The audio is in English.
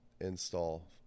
install